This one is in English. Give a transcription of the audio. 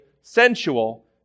sensual